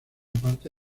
parte